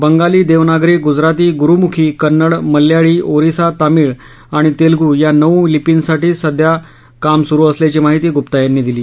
बंगाली देवनागरी गुजराती गुरुमुखी कन्नड मल्याळी ओरिसा तामिळ आणि तेलगू या नऊ लिपींसाठी सध्या काम सुरु असल्याची माहिती गुत्ता यांनी दिली